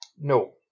No